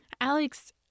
Alex